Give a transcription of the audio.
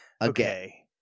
Okay